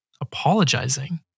apologizing